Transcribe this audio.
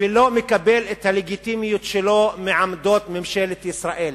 ולא מקבל את הלגיטימיות שלו מעמדות ממשלת ישראל.